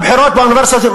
הבחירות באוניברסיטאות,